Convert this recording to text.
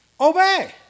Obey